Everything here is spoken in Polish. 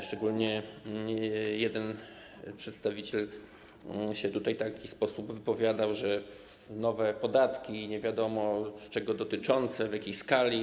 Szczególnie jeden przedstawiciel w taki sposób się wypowiadał, że nowe podatki, nie wiadomo, czego dotyczące, w jakiej skali.